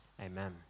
amen